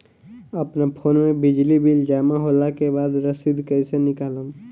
अपना फोन मे बिजली बिल जमा होला के बाद रसीद कैसे निकालम?